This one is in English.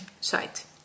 site